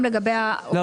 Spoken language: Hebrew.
לא,